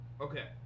okay